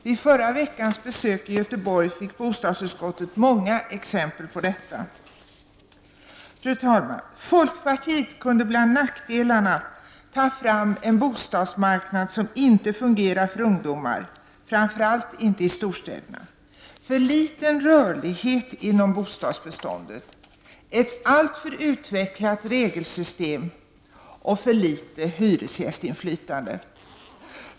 Vid förra veckans besök i Göteborg fick vi i bostadsutskottet många exempel på detta. Fru talman! Folkpartiet kunde bland nackdelarna ta fram en bostadsmarknad som inte fungerar för ungdomar, framför allt inte i storstäderna, för liten rörlighet inom bostadsbeståndet, ett alltför utvecklat regelsystem och ett för litet hyresgästinflytande.